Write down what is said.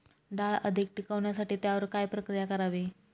डाळ अधिक टिकवण्यासाठी त्यावर काय प्रक्रिया करावी?